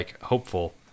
hopeful